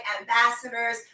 ambassadors